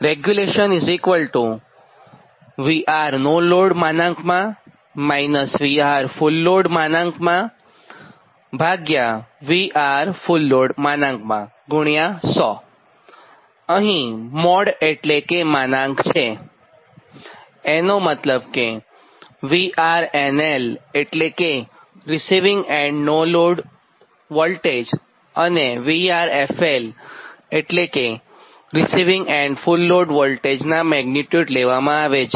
અહીં મોડ એટેલે કે માનાંક છે એનો મતલબ કે VRNL એટલે કે રીસિવીંગ એન્ડ નો લોડવોલ્ટેજ અને VRFL એટલે કે રીસિવીંગ એન્ડ ફુલ લોડ વોલ્ટેજનાં મેગ્નીટ્યુડ લેવામાં આવે છે